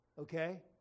Okay